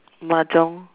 mahjong